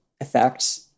effect